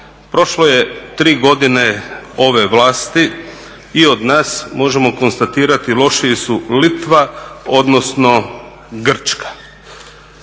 Prošlo je tri godine ove vlasti i od nas možemo konstatirati lošiji su Litva, odnosno Grčka.